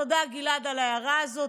תודה, גלעד, על ההערה הזאת.